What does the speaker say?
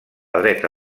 dreta